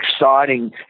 exciting